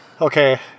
Okay